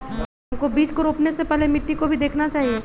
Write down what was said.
हमको बीज को रोपने से पहले मिट्टी को भी देखना चाहिए?